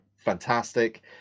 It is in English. fantastic